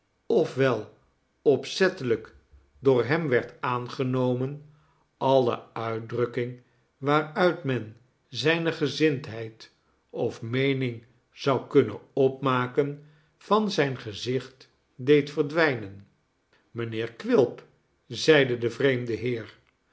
wel opzettelijk door hem werd aangenomen alle uitdrukking waaruit men zijne gezindheid of meening zou kunnen opmaken van zijn gezicht deed verdwijnen mijnheer quilp i zeide de vreemde heer